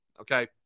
Okay